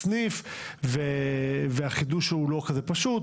לסניף, והחידוש הוא לא כזה פשוט.